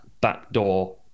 backdoor